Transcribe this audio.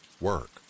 work